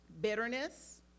bitterness